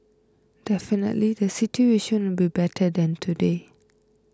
definitely the situation will be better than today